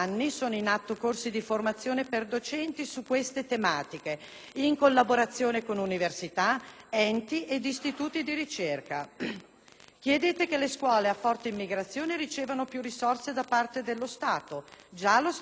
docenti su queste tematiche in collaborazione con università, enti ed istituti di ricerca. Chiedete che le scuole a forte immigrazione ricevano più risorse da parte dello Stato: già lo Stato provvede in questo senso.